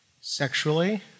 sexually